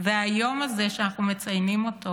היום הזה, שאנחנו מציינים אותו,